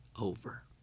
over